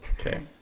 Okay